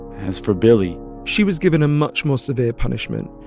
as for billie. she was given a much more severe punishment.